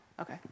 okay